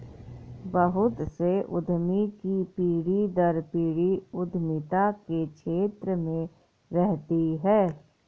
बहुत से उद्यमी की पीढ़ी दर पीढ़ी उद्यमिता के क्षेत्र में रहती है